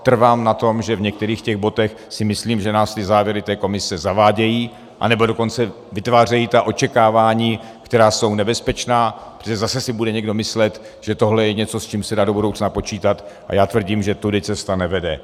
Trvám na tom, že v některých těch bodech si myslím, že nás ty závěry té komise zavádějí, anebo dokonce vytvářejí ta očekávání, která jsou nebezpečná, protože zase si bude někdo myslet, že tohle je něco, s čím se dá do budoucna počítat, a já tvrdím, že tudy cesta nevede.